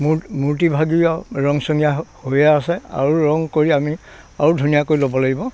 মূৰ মূৰ্তিভাগী ৰংচঙীয়া হওক হৈয়ে আছে আৰু ৰং কৰি আমি আৰু ধুনীয়া কৰি ল'ব লাগিব